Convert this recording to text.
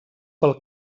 pel